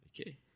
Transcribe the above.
Okay